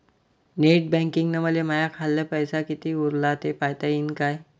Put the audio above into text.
Net बँकिंगनं मले माह्या खाल्ल पैसा कितीक उरला थे पायता यीन काय?